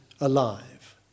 alive